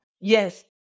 Yes